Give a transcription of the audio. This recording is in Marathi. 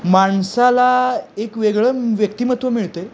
माणसाला एक वेगळं व्यक्तिमत्व मिळत आहे